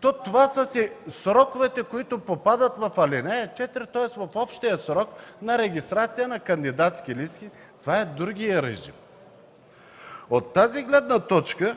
това са си сроковете, които попадат в ал. 4, тоест в общия срок на регистрация на кандидатски листи. Това е другият режим. От тази гледна точка,